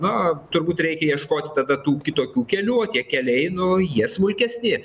na turbūt reikia ieškoti tada tų kitokių kelių o tie keliai nu jie smulkesni